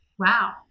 wow